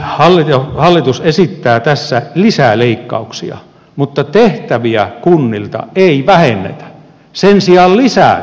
nyt sitten hallitus esittää tässä lisää leikkauksia mutta tehtäviä kunnilta ei vähennetä sen sijaan lisätään